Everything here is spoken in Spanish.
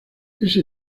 ese